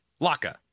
laka